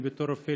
אני בתור רופא,